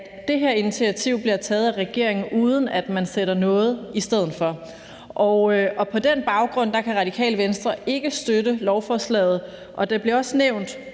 at det her initiativ bliver taget af regeringen, uden at man sætter noget i stedet for. På den baggrund kan Radikale Venstre ikke støtte lovforslaget. Det bliver også nævnt